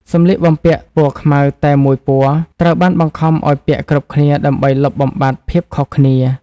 សម្លៀកបំពាក់ពណ៌ខ្មៅតែមួយពណ៌ ត្រូវបានបង្ខំឱ្យពាក់គ្រប់គ្នាដើម្បីលុបបំបាត់ភាពខុសគ្នា។